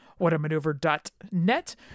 whatamaneuver.net